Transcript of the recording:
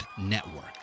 Network